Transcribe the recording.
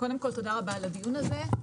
קודם כול, תודה רבה על הדיון הזה.